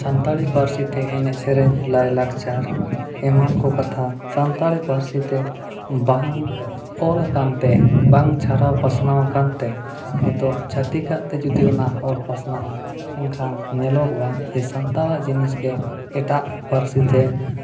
ᱥᱟᱱᱛᱟᱲᱤ ᱯᱟᱹᱨᱥᱤᱛᱮ ᱮᱱᱮᱡᱽ ᱥᱮᱨᱮᱧ ᱞᱟᱭᱞᱟᱠᱪᱟᱨ ᱮᱢᱟᱱ ᱠᱚ ᱠᱟᱛᱷᱟ ᱥᱟᱱᱛᱟᱲᱤ ᱯᱟᱹᱨᱥᱤᱛᱮ ᱵᱟᱝ ᱚᱞᱟᱠᱟᱱᱛᱮ ᱵᱟᱝ ᱪᱷᱟᱨᱟᱣ ᱯᱟᱥᱱᱟᱣ ᱟᱠᱟᱱᱛᱮ ᱱᱤᱛᱳᱜ ᱪᱷᱟᱹᱛᱤᱠᱟᱜᱼᱛᱮ ᱡᱩᱫᱤ ᱚᱱᱟ ᱚᱞ ᱯᱟᱥᱱᱟᱜᱼᱟ ᱮᱱᱠᱷᱟᱱ ᱧᱮᱞᱚᱜᱚᱜᱼᱟ ᱡᱮ ᱥᱟᱱᱛᱟᱲᱟᱜ ᱡᱤᱱᱤᱥᱜᱮ ᱮᱴᱟᱜ ᱯᱟᱹᱨᱥᱤᱛᱮ